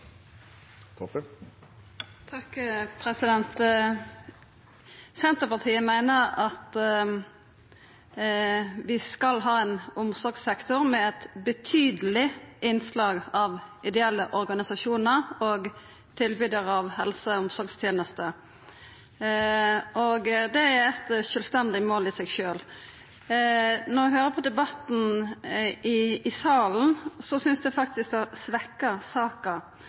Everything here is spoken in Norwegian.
Senterpartiet meiner at vi skal ha ein omsorgssektor med eit betydeleg innslag av ideelle organisasjonar og tilbydarar av helse- og omsorgstenester. Det er eit mål i seg sjølv. Når eg høyrer på debatten i salen, synest eg faktisk han svekkjer saka, for no kjem det